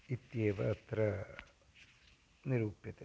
इत्येव अत्र निरूप्यते